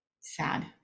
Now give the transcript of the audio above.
Sad